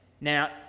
Now